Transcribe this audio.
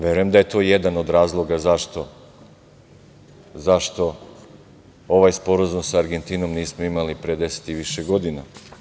Verujem da je to jedan od razloga zašto ovaj sporazum sa Argentinom nismo imali pre deset i više godina.